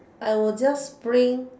I will just bring